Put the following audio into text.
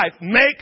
Make